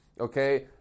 Okay